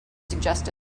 suggested